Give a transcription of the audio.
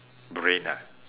brain ah